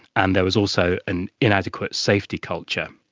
and there was also an inadequate safety culture.